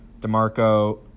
DeMarco